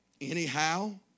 Anyhow